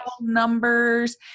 numbers